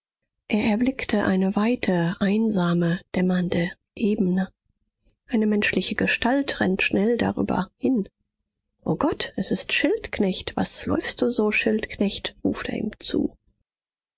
er erblickt eine weite einsame dämmernde ebene eine menschliche gestalt rennt schnell darüber hin o gott es ist schildknecht was läufst du so schildknecht ruft er ihm zu